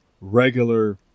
regular